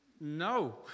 No